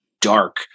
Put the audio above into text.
dark